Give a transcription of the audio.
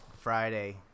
Friday